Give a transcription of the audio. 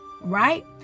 right